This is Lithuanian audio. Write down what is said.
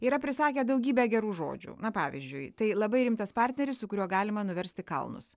yra prisakė daugybę gerų žodžių na pavyzdžiui tai labai rimtas partneris su kuriuo galima nuversti kalnus